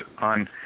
on